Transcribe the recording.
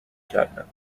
کردم